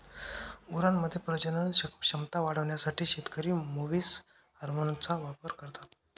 गुरांमध्ये प्रजनन क्षमता वाढवण्यासाठी शेतकरी मुवीस हार्मोनचा वापर करता